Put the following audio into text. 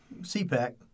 CPAC